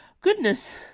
goodness